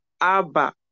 Abba